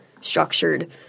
structured